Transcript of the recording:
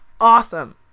Awesome